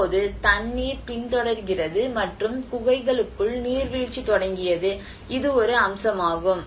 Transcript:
இப்போது தண்ணீர் பின்தொடர்கிறது மற்றும் குகைகளுக்குள் நீர்வீழ்ச்சி தொடங்கியது இது ஒரு அம்சமாகும்